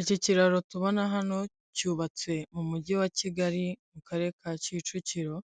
Iki kiraro tubona hano cyubatse mu mujyi wa Kigali, mu karere ka Kicukiro,